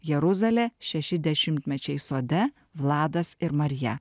jeruzalė šeši dešimtmečiai sode vladas ir marija